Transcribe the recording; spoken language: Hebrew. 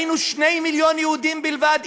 היינו 2 מיליון יהודים בלבד.